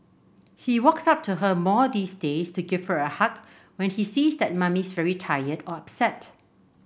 he walks up to her more these days to give her a hug when he sees that mummy's very tired or upset